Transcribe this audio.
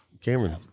Cameron